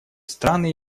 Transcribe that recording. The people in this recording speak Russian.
страны